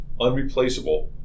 unreplaceable